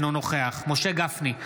אינו נוכח משה גפני,